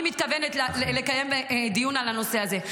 אני מתכוונת לקיים דיון על הנושא הזה.